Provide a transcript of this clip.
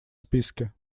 списке